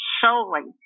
solely